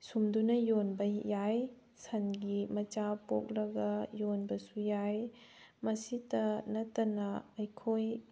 ꯁꯨꯝꯗꯨꯅ ꯌꯣꯟꯕ ꯌꯥꯏ ꯁꯟꯒꯤ ꯃꯆꯥ ꯄꯣꯛꯂꯒ ꯌꯣꯟꯕꯁꯨ ꯌꯥꯏ ꯃꯁꯤꯇ ꯅꯠꯇꯅ ꯑꯩꯈꯣꯏ